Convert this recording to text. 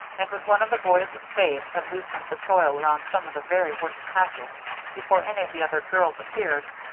and with one of the boys' spades had loosened the soil around some of the very worst patches before any of the other girls appeared.